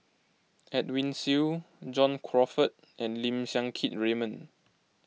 Edwin Siew John Crawfurd and Lim Siang Keat Raymond